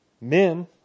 Men